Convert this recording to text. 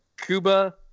Cuba